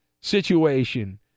situation